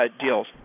deals